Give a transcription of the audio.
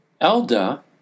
Elda